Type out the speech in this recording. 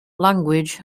language